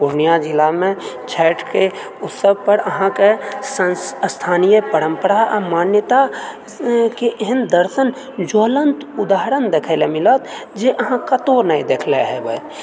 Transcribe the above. पूर्णियाँ जिलामे छठिके उत्सव पर अहाँकेँ सान्स स्थानीए परम्परा आओर मान्यताके एहन दर्शन ज्वलन्त उदाहरण देखए लए मिलत जे अहाँ कतहुँ नहि देखले हेबै